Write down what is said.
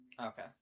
Okay